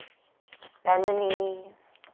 bend the knees.